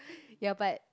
ya but